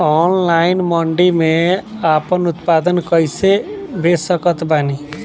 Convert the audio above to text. Online मंडी मे आपन उत्पादन कैसे बेच सकत बानी?